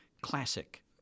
classic